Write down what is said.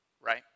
right